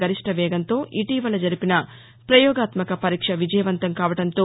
గరిష్ట వేగంతో ఇటీవల జరిపిన ప్రయోగాత్యక పరీక్ష విజయవంతం కావడంతో